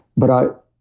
but i.